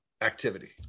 activity